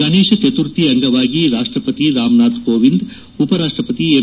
ಗಣೇಶ ಚತುರ್ಥಿ ಅಂಗವಾಗಿ ರಾಷ್ಟ್ರಪತಿ ರಾಮನಾಥ್ ಕೋವಿಂದ್ ಉಪರಾಷ್ಟ್ರಪತಿ ಎಂ